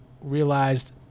realized